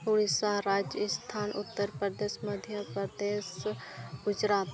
Odisha Rajasthan Uttar Pradesh Madhya Pradesh Gujarat